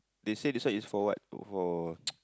they say this one is for what for